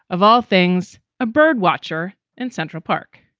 of all things, a birdwatcher in central park.